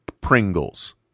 Pringles